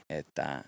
että